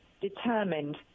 determined